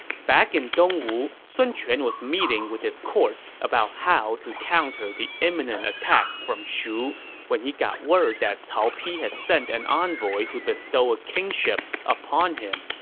back in dongwu, sun quan was meeting with his court about how to counter the imminent attack from shu when he got word that cao pi had sent an envoy to bestow a kingship upon him.